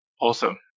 Awesome